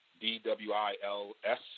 D-W-I-L-S